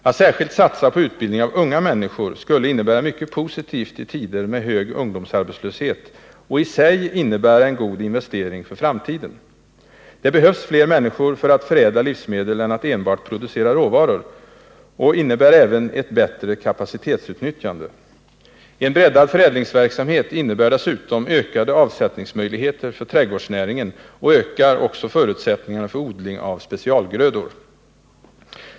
Att särskilt satsa på utbildning av unga människor skulle vara mycket positivt i dessa tider med hög ungdomsarbetslöshet och i sig innebära en god investering för framtiden. Det behövs fler människor för att förädla livsmedel än för att enbart producera råvaror. Det innebär även ett bättre kapacitetsutnyttjande. En breddad förädlingsverksamhet innebär dessutom en ökning av avsättningsmöjligheterna för trädgårdsnäringen och också av förutsättningarna för odling av specialgrödor.